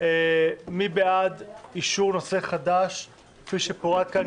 מי בעד אישור נושא חדש, כפי שפורט כאן?